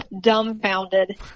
dumbfounded